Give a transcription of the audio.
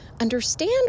understand